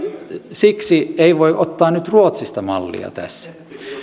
siksi ei voi ottaa nyt ruotsista mallia tästä